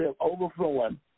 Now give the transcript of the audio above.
overflowing